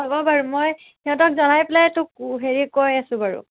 হ'ব বাৰু মই সিহঁতক জনাই পেলাই তোক হেৰি কৈ আছোঁ বাৰু